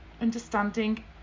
understanding